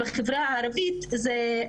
בחברה עלא ניתן.